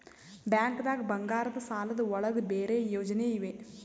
ಬ್ಯಾಂಕ್ದಾಗ ಬಂಗಾರದ್ ಸಾಲದ್ ಒಳಗ್ ಬೇರೆ ಯೋಜನೆ ಇವೆ?